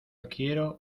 quiero